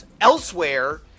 elsewhere